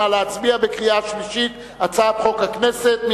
נא להצביע בקריאה שלישית על הצעת חוק מוזיאון הכנסת.